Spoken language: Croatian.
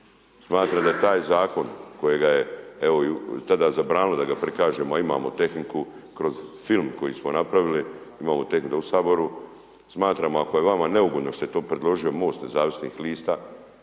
Smatram da taj Zakona kojega je, evo, tada zabranili da ga prikažemo, a imamo tehniku kroz film koji smo napravili, imamo tehniku u Saboru, smatramo ako je vama neugodno što je to predložio Most nezavisnih lista,